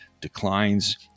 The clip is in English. declines